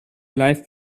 life